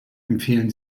empfehlen